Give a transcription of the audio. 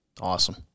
Awesome